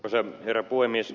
arvoisa herra puhemies